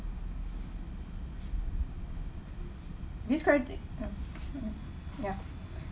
this cre~ mm mm ya